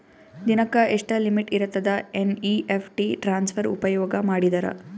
ದಿನಕ್ಕ ಎಷ್ಟ ಲಿಮಿಟ್ ಇರತದ ಎನ್.ಇ.ಎಫ್.ಟಿ ಟ್ರಾನ್ಸಫರ್ ಉಪಯೋಗ ಮಾಡಿದರ?